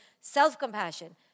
self-compassion